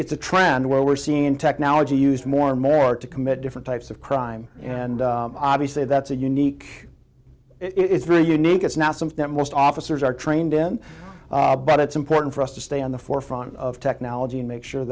it's a trend where we're seeing technology used more and more to commit different types of crime and obviously that's a unique it's very unique it's not something that most officers are trained in but it's important for us to stay on the forefront of technology and make sure